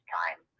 time